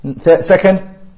Second